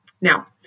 Now